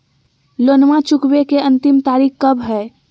लोनमा चुकबे के अंतिम तारीख कब हय?